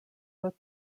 wrote